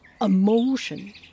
emotion